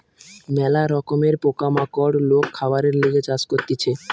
ম্যালা রকমের পোকা মাকড় লোক খাবারের লিগে চাষ করতিছে